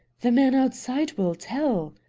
the man outside will tell